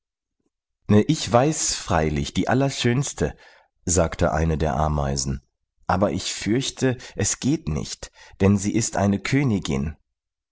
ich weiß freilich die allerschönste sagte eine der ameisen aber ich fürchte es geht nicht denn sie ist eine königin